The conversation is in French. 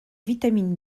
vitamine